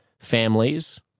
families